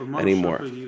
anymore